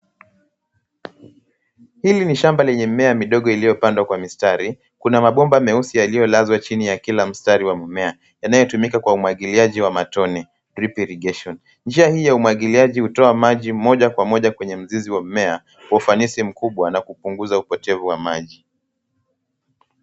Hili ni shamba lenye mimea midogo iliyopandwa kwa mistari. Kuna mabomba meusi yaliyolazwa chini ya kila mstari wa mmea, yanayotumika kwa umwagiliaji wa matone, drip irrigation . Njia hii ya umwagiliaji hutoa maji moja kwa moja kwenye mzizi wa mmea, kwa ufanisi mkubwa na kupunguza upotevu wa maji.